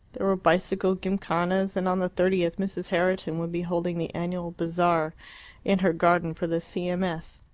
there were bicycle gymkhanas, and on the thirtieth mrs. herriton would be holding the annual bazaar in her garden for the c m s.